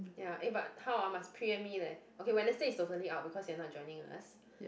ya eh but how ah must pre empt me leh okay Wednesday is totally out because you are not joining us